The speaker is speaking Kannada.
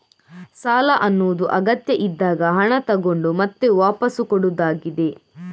ಸಾಲ ಅನ್ನುದು ಅಗತ್ಯ ಇದ್ದಾಗ ಹಣ ತಗೊಂಡು ಮತ್ತೆ ವಾಪಸ್ಸು ಕೊಡುದಾಗಿದೆ